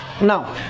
Now